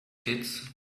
kids